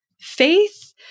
Faith